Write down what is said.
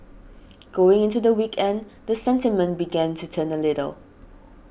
going into the weekend the sentiment began to turn a little